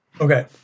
Okay